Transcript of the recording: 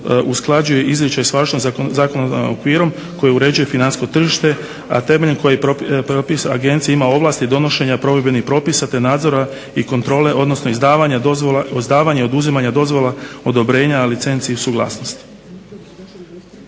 usklađuje izričaj sa važećim zakonodavnim okvirom koji uređuje financijsko tržište, a temeljem koje Agencija ima ovlasti donošenja provedbenih propisa, te nadzora i kontrole, odnosno izdavanje i oduzimanja dozvola, odobrenja, licenci i suglasnosti.